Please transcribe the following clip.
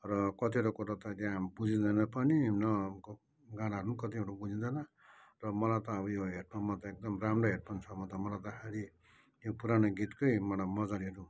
र कतिवटा कुरा त त्यहाँ बुझिँदैन पनि न क गानाहरू पनि कतिवटा बुझिँदैन र मलाई त अब यो हेडफोनमा त एकदम राम्रो हेडफोन छ भने त मलाई त खालि यो पुरानो गीतकै मलाई मज्जा लिनु मनपर्छ